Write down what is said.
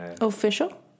Official